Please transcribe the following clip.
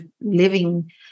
living